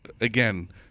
again